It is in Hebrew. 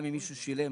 גם אם מישהו שילם,